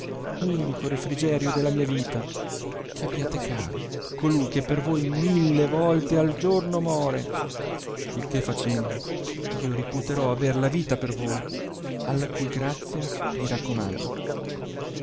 unico refrigerio della mia vita che abbiate caro colui che per voi mille volte al giorno more il che facendo io riputerò aver la vita per voi alla cui grazia mi raccomando